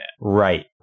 Right